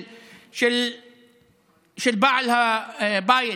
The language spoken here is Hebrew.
של בעל הבית,